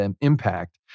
impact